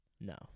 No